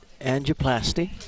angioplasty